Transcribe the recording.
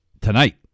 tonight